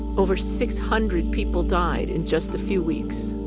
over six hundred people died in just a few weeks.